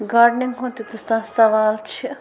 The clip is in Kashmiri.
گاڈنِنٛگ ہُنٛد یُتَس تام سوال چھِ